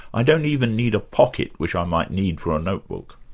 i don't even need a pocket which i might need for a notebook.